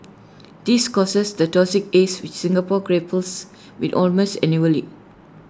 this causes the toxic haze which Singapore grapples with almost annually